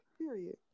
Period